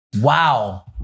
Wow